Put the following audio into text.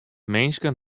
minsken